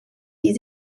die